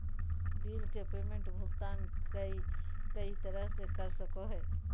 bill के payment भुगतान कई तरह से कर सको हइ